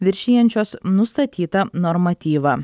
viršijančios nustatytą normatyvą